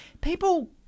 People